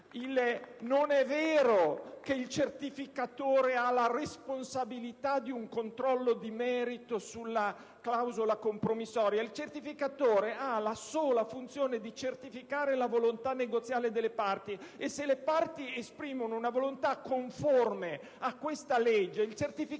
Non è vero che il certificatore ha la responsabilità di un controllo di merito sulla clausola compromissoria. Il certificatore ha la sola funzione di certificare la volontà negoziale delle parti e, se queste esprimono una volontà conforme a quanto previsto in questa legge, il certificatore